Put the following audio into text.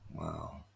Wow